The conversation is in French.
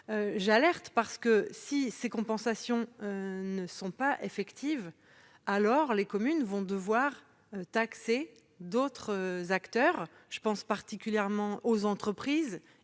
avoir ce choix. Si ces compensations ne sont pas effectives, les communes vont devoir taxer d'autres acteurs- je pense particulièrement aux entreprises.